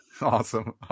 Awesome